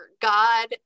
God